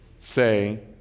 say